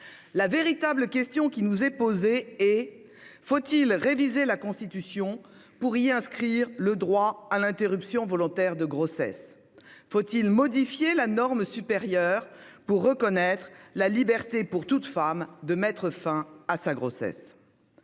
La véritable question qui nous est posée est la suivante : faut-il réviser la Constitution pour y inscrire le droit à l'interruption volontaire de grossesse ? Faut-il modifier la norme supérieure pour reconnaître la liberté pour toute femme de mettre fin à sa grossesse ?